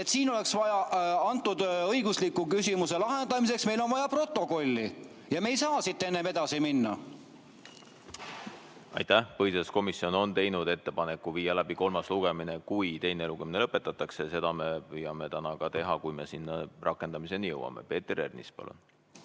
Siin oleks vaja antud õigusliku küsimuse lahendamiseks protokolli ja me ei saa siit enne edasi minna. Aitäh! Põhiseaduskomisjon on teinud ettepaneku viia läbi kolmas lugemine, kui teine lugemine lõpetatakse. Seda me püüame täna ka teha, kui me sinnamaani jõuame. Peeter Ernits, palun!